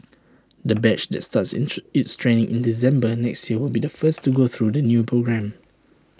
the batch that starts its training in December next year will be the first to go through the new programme